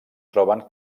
troben